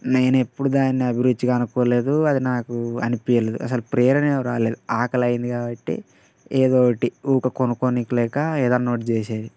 నేనెప్పుడూ దాన్ని అభిరుచిగా అనుకోలేదు అది నాకు అనిపీయలేదు అసలు ప్రేరణే రాలేదు ఆకలైంది కాబట్టి ఏదోటి ఊరికే కొనుక్కోనీకి లేక ఏదన్నా ఒకటి చేసేది